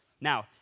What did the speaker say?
Now